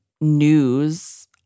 news